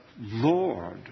Lord